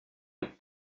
joe